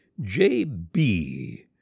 J.B